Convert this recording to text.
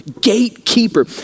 gatekeeper